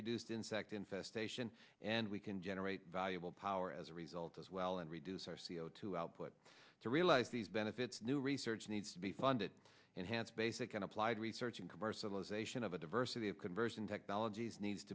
reduced insect infestation and we can generate valuable power as a result as well and reduce our c o two output to realize these benefits new research needs to be funded enhanced basic and applied research and commercialisation of a diversity of conversion technologies needs